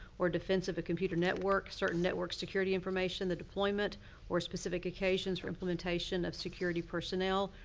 or defense of a computer network, certain network security information, the deployment or specific occasions or implementation of security personnel,